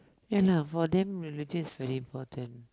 ya lah for them religious very important